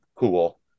cool